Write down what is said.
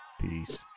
Peace